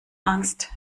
angst